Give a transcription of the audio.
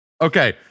Okay